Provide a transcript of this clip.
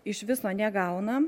iš viso negauna